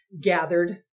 gathered